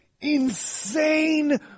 insane